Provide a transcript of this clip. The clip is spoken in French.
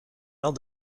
lors